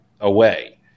away